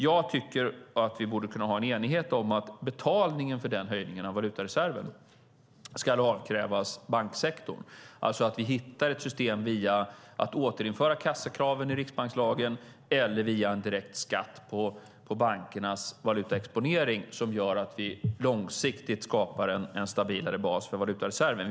Jag tycker att vi borde ha en enighet om att betalningen för höjningen av valutareserven ska avkrävas banksektorn, att vi hittar ett system genom att återinföra kassakraven i riksbankslagen eller via en direkt skatt på bankernas valutaexponering, som gör att vi långsiktigt skapar en stabilare bas för valutareserven.